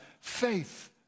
faith